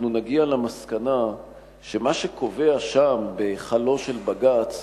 אנחנו נגיע למסקנה שמה שקובע שם בהיכלו של בג"ץ